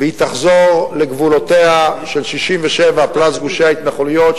והיא תחזור לגבולות של 67' פלוס גושי ההתנחלויות,